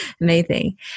amazing